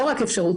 לא רק אפשרות,